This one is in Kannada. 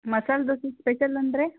ಮಸಾಲ ದೋಸೆ ಸ್ಪೆಷಲ್ ಅಂದರೆ